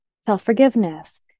self-forgiveness